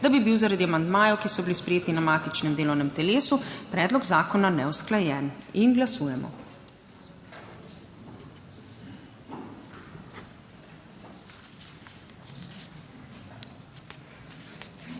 da bi bil zaradi amandmajev, ki so bili sprejeti na matičnem delovnem telesu, predlog zakona neusklajen. Glasujemo.